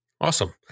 Awesome